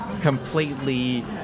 Completely